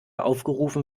aufgerufen